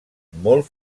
molt